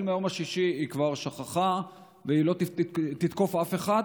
מהיום השישי היא כבר שככה ולא תתקוף אף אחד?